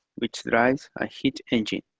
which drives a heat engine,